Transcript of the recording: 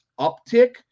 uptick